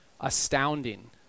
astounding